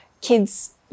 kids